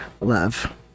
love